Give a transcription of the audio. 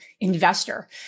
investor